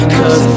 Cause